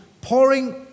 pouring